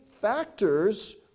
factors